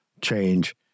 change